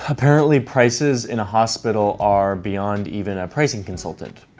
apparently prices in a hospital are beyond even a pricing consultant.